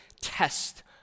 test